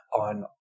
on